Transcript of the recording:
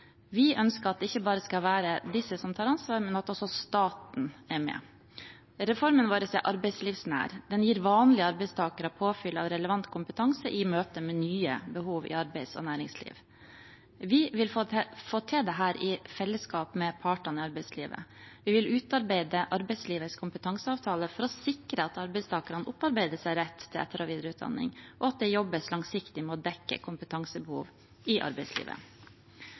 Vi ønsker at det ikke bare skal være disse som tar ansvar, men at også staten er med. Reformen vår er arbeidslivsnær. Den gir vanlige arbeidstakere påfyll av relevant kompetanse i møte med nye behov i arbeids- og næringsliv. Vi vil få til dette i fellesskap med partene i arbeidslivet. Vi vil utarbeide arbeidslivets kompetanseavtale for å sikre at arbeidstakerne opparbeider seg rett til etter- og videreutdanning, og at det jobbes langsiktig med å dekke kompetansebehov i arbeidslivet.